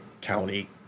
county